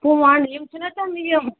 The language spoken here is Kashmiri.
پونڑ یم چِھنا تِم یِم